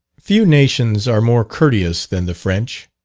few nations are more courteous than the french.